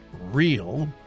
real